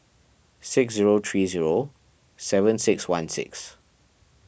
six zero three zero seven six one six